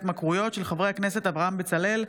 בהצעתם של חברי הכנסת אברהם בצלאל,